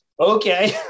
Okay